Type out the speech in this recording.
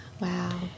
Wow